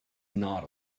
not